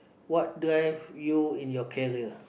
what drive you in your career